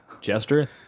Jester